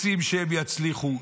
רוצים שהם יצליחו,